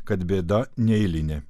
kad bėda neeilinė